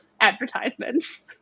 advertisements